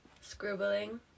scribbling